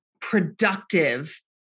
productive